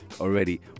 already